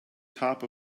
top